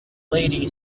lady